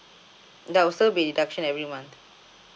there was still be deduction every month